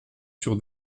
sur